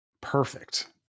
perfect